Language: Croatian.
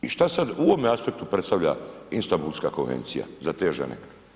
I šta sad u ovome aspektu predstavlja Istanbulska konvencija za te žene?